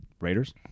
Raiders